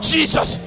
Jesus